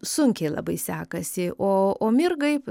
sunkiai labai sekasi o o mirgai